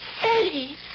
Eddie